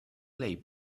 lay